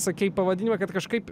sakei pavadinimą kad kažkaip